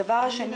הדבר השני